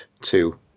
two